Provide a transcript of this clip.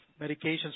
medications